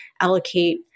allocate